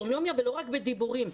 ולא רק בדיבורים,